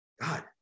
god